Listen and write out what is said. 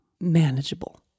manageable